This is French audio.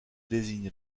désigne